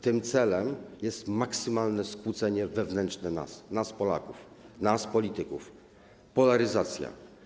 Tym celem jest maksymalne skłócenie wewnętrzne nas: nas, Polaków, nas, polityków, polaryzacja.